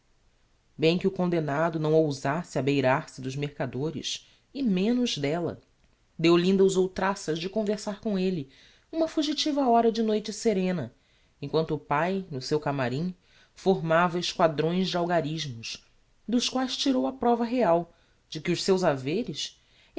bem que o condemnado não ousasse abeirar se dos mercadores e menos d'ella deolinda usou traças de conversar com elle uma fugitiva hora de noite serena em quanto o pai no seu camarim formava esquadrões de algarismos dos quaes tirou a prova real de que os seus haveres